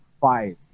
five